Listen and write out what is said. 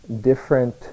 different